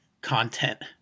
content